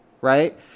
Right